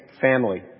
family